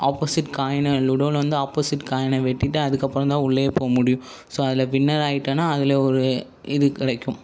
opposite காயினை லுடோலேயிருந்து opposite காயினை வெட்டிட்டு அதுக்கப்புறந்தான் உள்ளேயே போக முடியும் ஸோ அதில் வின்னர் ஆகிட்டேன்னா அதில் ஒரு இது கிடைக்கும்